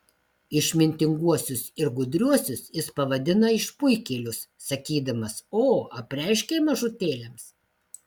išmintinguosius ir gudriuosius jis pavadina išpuikėlius sakydamas o apreiškei mažutėliams